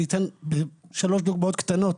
אני אתן שלוש דוגמאות קטנות